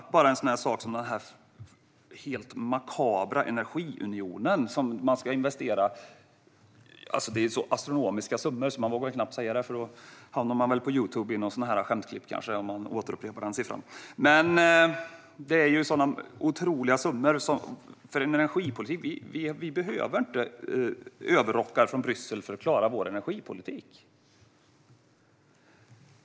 Ta bara en sådan sak som den helt makabra energiunion man ska investera så astronomiska summor i att jag knappt vågar säga dem, för om jag upprepar den siffran hamnar jag väl på Youtube i ett skämtklipp. Det är sådana otroliga summor - för en energipolitik. Vi behöver inte överrockar från Bryssel för att klara vår energipolitik.